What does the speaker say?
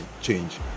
change